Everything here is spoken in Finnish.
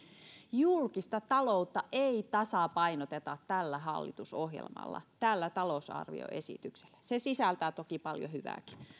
julkista taloutta ei tasapainoteta tällä hallitusohjelmalla tällä talousarvioesityksellä se sisältää toki paljon hyvääkin